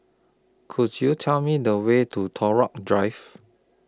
Could YOU Tell Me The Way to Drive